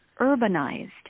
Urbanized